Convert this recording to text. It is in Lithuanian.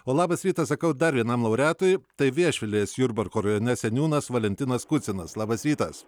o labas rytas sakau dar vienam laureatui tai viešvilės jurbarko rajone seniūnas valentinas kucinas labas rytas